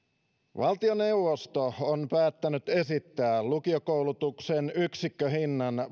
valtioneuvosto on päättänyt esittää lukiokoulutuksen yksikköhinnan